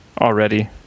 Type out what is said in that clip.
already